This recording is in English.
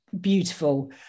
beautiful